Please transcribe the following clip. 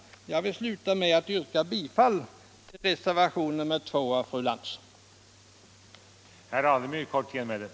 Herr talman, jag yrkar bifall till reservationen 2 av fru Lantz.